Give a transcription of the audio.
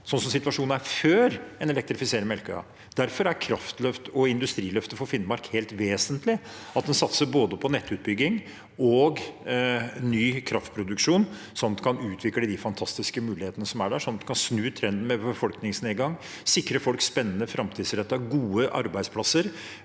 sånn situasjonen er nå, før man elektrifiserer Melkøya. Derfor er kraftløftet og industriløftet for Finnmark helt vesentlig, at man satser både på nettutbygging og på ny kraftproduksjon, slik at man kan utvikle de fantastiske mulighetene som er der, og at man kan snu trenden med befolkningsnedgang og sikre folk spennende, framtidsrettede og gode arbeidsplasser.